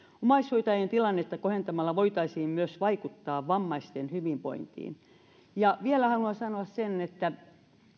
omaishoitajien tilannetta kohentamalla voitaisiin myös vaikuttaa vammaisten hyvinvointiin vielä haluan sanoa sen että